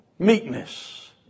Meekness